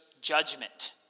judgment